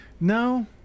No